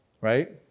right